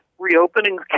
Reopening